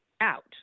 out